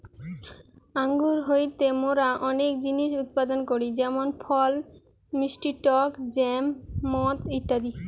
আঙ্গুর হইতে মোরা অনেক জিনিস উৎপাদন করি যেমন ফল, মিষ্টি টক জ্যাম, মদ ইত্যাদি